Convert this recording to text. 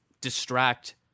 distract